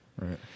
right